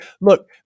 look